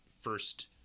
first